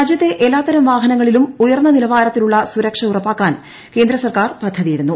രാജ്യത്തെ എല്പാത്തരം വാഹനങ്ങളിലും ഉയർന്ന നിലവാരത്തിലുള്ള സുരക്ഷ ഉറപ്പാക്കാൻ കേന്ദ്ര സർക്കാർ പദ്ധതിയിടുന്നു